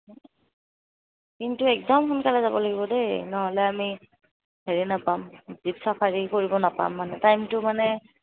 কিন্তু একদম সোনকালে যাব লাগিব দেই ন'হলে আমি হেৰি নাপাম জীপ চাফাৰি কৰিব নাপাম মানে টাইমটো মানে